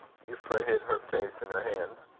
euphra hid her face in her hands.